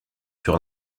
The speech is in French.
sur